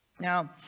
Now